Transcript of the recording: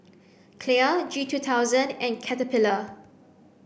Clear G two thousand and Caterpillar